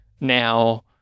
now